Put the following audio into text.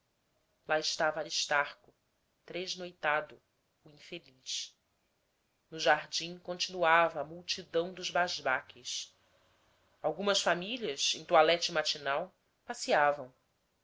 lá estava aristarco tresnoitado o infeliz no jardim continuava a multidão dos basbaques algumas famílias em toilette matinal passeavam